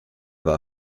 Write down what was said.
war